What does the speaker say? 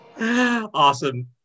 Awesome